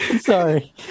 Sorry